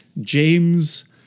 James